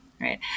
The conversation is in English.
Right